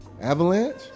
Avalanche